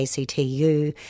ACTU